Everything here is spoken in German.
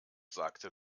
sagte